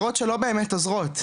הצהרות שלא באמת עוזרות,